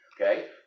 Okay